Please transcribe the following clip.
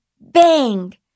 bang